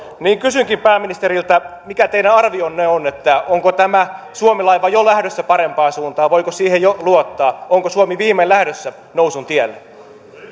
kysynkin pääministeriltä mikä teidän arvionne on onko tämä suomi laiva jo lähdössä parempaan suuntaan voiko siihen jo luottaa onko suomi viimein lähdössä nousun tielle